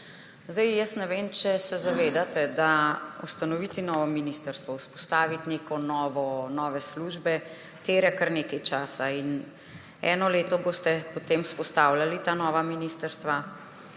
Ne vem, če se zavedate, da ustanoviti novo ministrstvo, vzpostaviti neke nove službe terja kar nekaj časa. Eno leto boste potem vzpostavljali ta nova ministrstva,